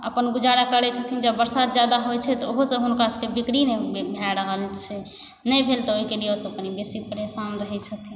अपन गुजारा करै छथिन जब बरसात ज्यादा होइ छै तऽ ओहो सँ हुनका सबके बिक्री नहि भए रहल छै नहि भेल तऽ ओहिके लिए ओ सब कनि बेसी परेशान रहै छथिन